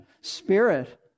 spirit